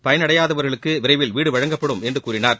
பயனடையாதவர்களுக்கு விரைவில் வீடு வழங்கப்படும் என்று கூறினார்